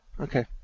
Okay